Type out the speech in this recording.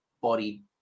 body